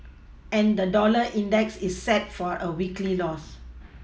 and the dollar index is set for a weekly loss